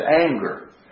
anger